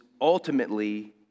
ultimately